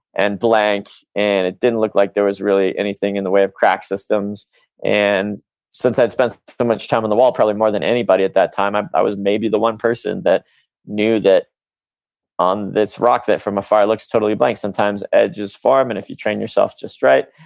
and blank, and it didn't look like there was really anything in the way of crack systems and since i'd spent so much time on the wall, probably more than anybody at that time, i was maybe the one person that knew that on this rock that from a afar looks totally blank, sometimes edges form, and if you train yourself just right,